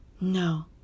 No